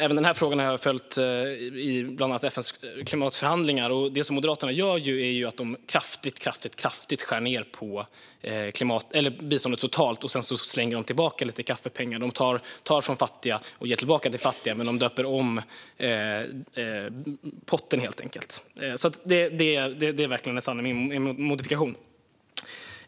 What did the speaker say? Även denna fråga har jag följt, bland annat i FN:s klimatförhandlingar. Det som Moderaterna gör är ju att de kraftigt skär ned på biståndet totalt, och sedan slänger de tillbaka lite kaffepengar. De tar från fattiga och ger tillbaka till fattiga, men de döper om potten. Det är verkligen en sanning med modifikation.